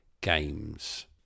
games